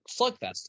slugfest